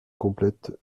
complète